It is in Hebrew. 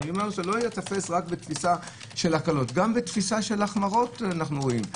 גם בתפיסה של החמרות אנו עושים.